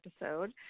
episode